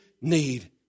need